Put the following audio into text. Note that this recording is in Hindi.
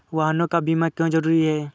वाहनों का बीमा क्यो जरूरी है?